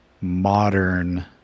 modern